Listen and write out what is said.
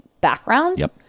background